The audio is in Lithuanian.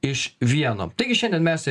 iš vieno taigi šiandien mes